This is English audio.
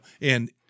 and-